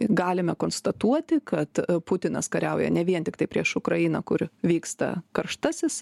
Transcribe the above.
galime konstatuoti kad putinas kariauja ne vien tiktai prieš ukrainą kur vyksta karštasis